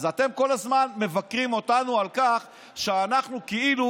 אז אתם כל הזמן מבקרים אותנו על כך שאנחנו כאילו